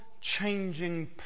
changing